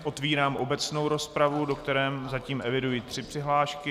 Otevírám obecnou rozpravu, do které zatím eviduji tři přihlášky.